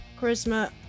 charisma